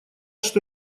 что